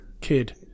kid